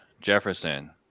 Jefferson